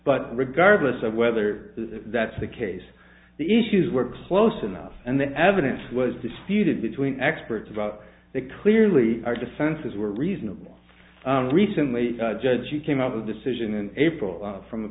but regardless of whether that's the case the issues were close enough and the evidence was disputed between experts about that clearly our defenses were reasonable recently judge she came up with a decision in april from